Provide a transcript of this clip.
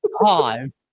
Pause